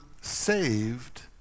saved